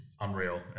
unreal